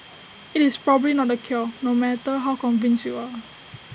IT is probably not the cure no matter how convinced you are